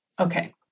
Okay